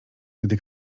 gdy